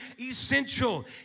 essential